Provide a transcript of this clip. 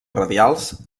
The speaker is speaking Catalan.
radials